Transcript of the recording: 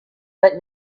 but